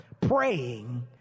praying